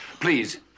please